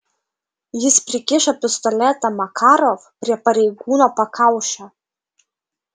jis prikišo pistoletą makarov prie pareigūno pakaušio